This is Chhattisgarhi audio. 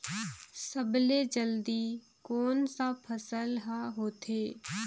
सबले जल्दी कोन सा फसल ह होथे?